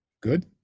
Good